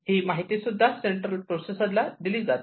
ही माहिती सुद्धा central processor ला दिली जाते